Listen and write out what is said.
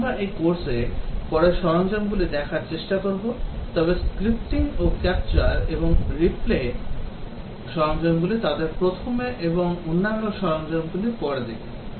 আমরা এই কোর্সে পরে সরঞ্জামগুলি দেখার চেষ্টা করব তবে স্ক্রিপ্টিং ও ক্যাপচার এবং রিপ্লে সরঞ্জামগুলি তাদের প্রথমে এবং অন্যান্য সরঞ্জামগুলি পরে দেখবে